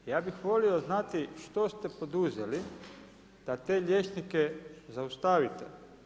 Ja bi volio znati što ste poduzeli da te liječnike zaustavite.